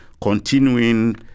continuing